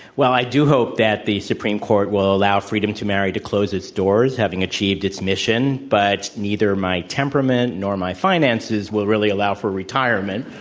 well, i do hope that the supreme court will allow freedom to marry to close its doors, having achieved its mission. but neither my temperament nor my finances will really allow for retirement.